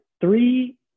three